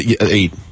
Eight